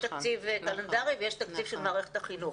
תקציב קלנדרי ויש תקציב של מערכת החינוך.